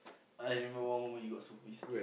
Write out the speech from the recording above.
I remember one moment you got so pissed